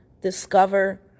discover